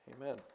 Amen